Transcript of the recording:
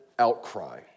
outcry